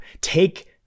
take